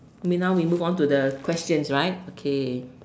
mean now we move on to the questions right okay